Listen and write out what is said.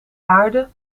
aarde